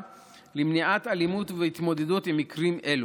למניעת אלימות והתמודדות עם מקרים אלו.